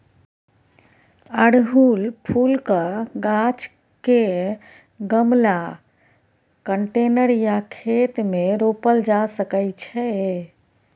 अड़हुल फुलक गाछ केँ गमला, कंटेनर या खेत मे रोपल जा सकै छै